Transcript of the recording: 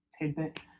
tidbit